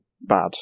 bad